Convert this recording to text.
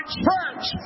church